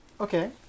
okay